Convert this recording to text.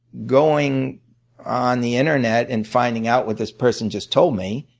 going on the internet and finding out what this person just told me.